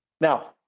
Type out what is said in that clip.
now